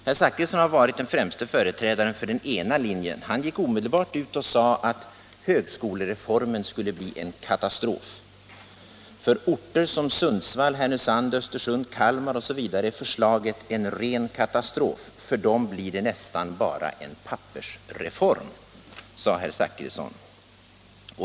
Herr Zachrisson har varit den främste företrädaren för den ena linjen. Han gick omedelbart ut och sade att högskolereformen skulle bli en katastrof. För orter som Sundsvall, Härnösand, Östersund, Kalmar osv. är förslaget en ren katastrof, för dem blir det nästan bara en pappersreform, förklarade herr Zachrisson.